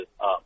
up